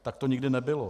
Tak to nikdy nebylo.